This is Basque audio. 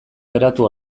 geratu